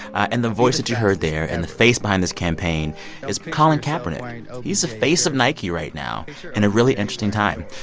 and the voice that you heard there and the face behind this campaign is colin kaepernick. and he's the face of nike right now in a really interesting time.